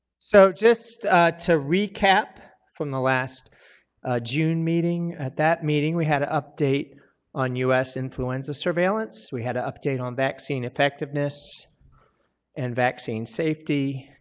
so just to recap from the last june meeting, at that meeting we had an update on us influenza surveillance. we had an update on vaccine effectiveness and vaccine safety.